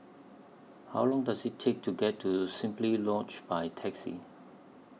How Long Does IT Take to get to Simply Lodge By Taxi